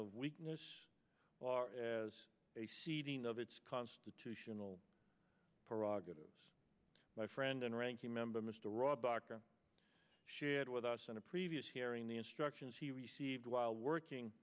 of weakness as a ceding of its constitutional prerogatives my friend and ranking member mr rob aka shared with us in a previous hearing the instructions he received while working